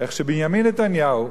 איך שבנימין נתניהו,